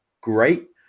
great